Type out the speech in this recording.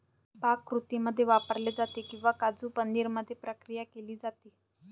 पाककृतींमध्ये वापरले जाते किंवा काजू पनीर मध्ये प्रक्रिया केली जाते